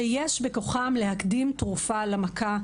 שיש בכוחם להקדים תרופה למכה,